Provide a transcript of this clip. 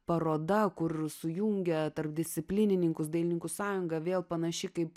paroda kur sujungia tarpdisciplinininkus dailininkų sąjungą vėl panaši kaip